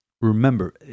Remember